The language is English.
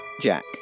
Jack